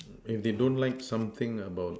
if they don't like something about